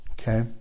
okay